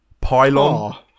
pylon